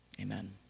Amen